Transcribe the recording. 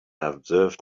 observed